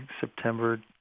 September